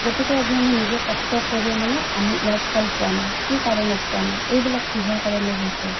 গতিকে আজি আমি নিজে কষ্ট কৰিও মানে আমি ইয়াৰ ফল পোৱা নাই কি কাৰণত পোৱা নাই এইবিলাক কিহৰ কাৰণে হৈছে